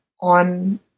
on